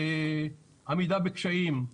עמידה בקשיים,